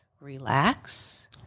relax